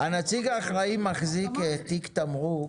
תגידו, הנציג האחראי מחזיק תיק תמרוק.